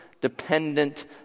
dependent